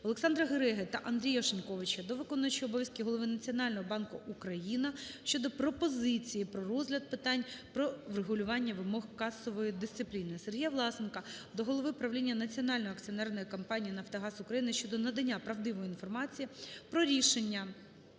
ОлександраГереги та Андрія Шиньковича до виконуючого обов’язки Голови Національного банку України щодо пропозиції про розгляд питань щодо врегулювання вимог касової дисципліни. СергіяВласенка до голови правління Національної акціонерної компанії "Нафтогаз України" щодо надання правдивої інформації про рішення